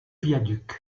viaduc